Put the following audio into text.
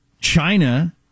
China